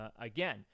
again